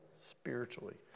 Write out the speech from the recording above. spiritually